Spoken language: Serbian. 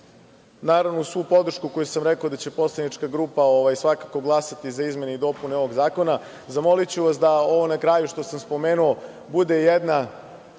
naravno, uz svu podršku koju sam rekao da će poslanička grupa svakako glasati za izmene i dopune ovog zakona, zamoliću vas da ovo na kraju što sam spomenuo bude jedna